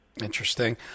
Interesting